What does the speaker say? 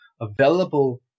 available